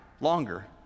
longer